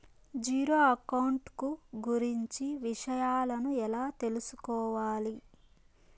Zero account కు గురించి విషయాలను ఎలా తెలుసుకోవాలి?